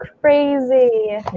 crazy